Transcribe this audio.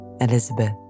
Elizabeth